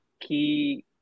key